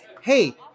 hey